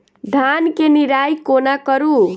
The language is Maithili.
धान केँ निराई कोना करु?